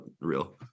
real